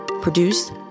produced